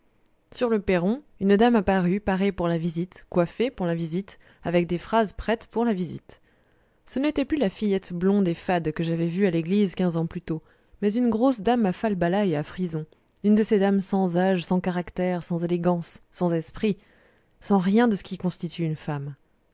sur le perron une dame apparut parée pour la visite coiffée pour la visite avec des phrases prêtes pour la visite ce n'était plus la fillette blonde et fade que j'avais vue à l'église quinze ans plus tôt mais une grosse dame à falbalas et à frisons une de ces dames sans âge sans caractère sans élégance sans esprit sans rien de ce qui constitue une femme